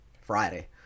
friday